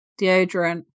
deodorant